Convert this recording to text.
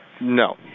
No